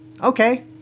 okay